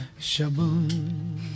Shaboom